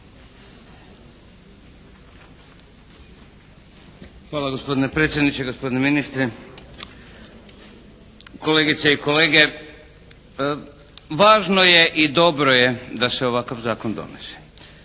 Hvala gospodine predsjedniče, gospodine ministre, kolegice i kolege. Važno je i dobro je da se ovakav zakon donese.